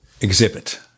exhibit